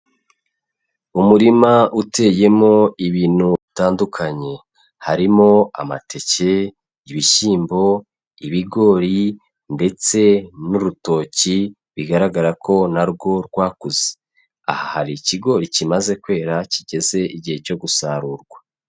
Umurima uteyemo ibintu bitandukanye harimo amateke, ibishyimbo, ibigori ndetse n'urutoki bigaragara ko na rwo rwakuze, aha hari ikigori kimaze kwera kigeze igihe cyo gusarurwa.